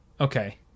okay